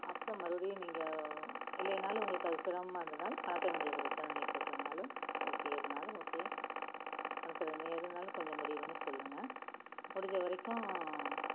அப்புறம் மறுபடியும் நீங்கள் இல்லைனாலும் உங்களுக்கு அது சிரமமாக இருந்ததாலும் பணத்தை எங்களுக்கு ரிட்டன் அனுப்பிவிட்றனாலும் ஓகே எதுனாலும் ஓகே பணத்தை நீ எதுனாலும் கொஞ்சம் முடிவு பண்ணி சொல்லுங்கள் முடிந்த வரைக்கும்